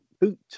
boot